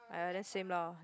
then same lah